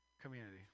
community